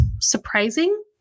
surprising